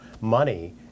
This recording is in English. money